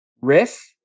Riff